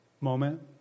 moment